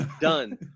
done